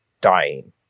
dying